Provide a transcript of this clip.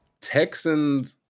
Texans